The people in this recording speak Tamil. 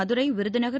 மதுரை விருதுநகர்